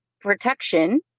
protection